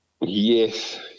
Yes